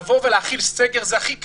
לבוא ולהחיל סגר זה הכי קל.